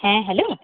হ্যাঁ হ্যালো